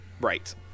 Right